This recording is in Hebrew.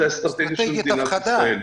זה האסטרטגיה של מדינת ישראל.